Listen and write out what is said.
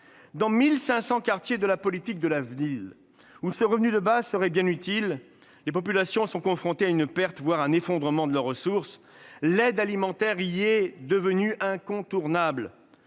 Dans 1 500 quartiers de la politique de la ville où ce revenu de base serait bien utile, les populations sont confrontées à une perte, voire à un effondrement de leurs ressources. L'aide alimentaire y est devenue incontournable.